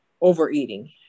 overeating